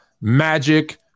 magic